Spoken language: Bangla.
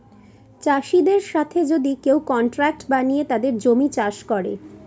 চাষীদের সাথে যদি কেউ কন্ট্রাক্ট বানিয়ে তাদের জমি চাষ করে